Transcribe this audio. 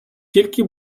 тільки